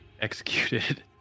executed